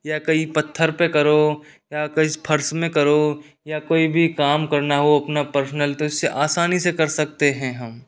या कई पत्थर पे करो या कई फर्स में करो या कोई भी काम करना हो अपना पर्सनल तो इसे आसानी से कर सकते हैं हम